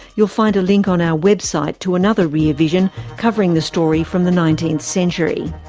you'll find a link on our web site to another rear vision covering the story from the nineteenth century.